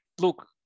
look